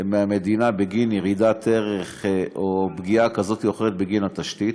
מהמדינה בגין ירידת ערך או פגיעה כזאת או אחרת בין התשתית.